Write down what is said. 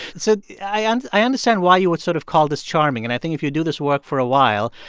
so i and i understand why you would sort of call this charming, and i think if you do this work for a while,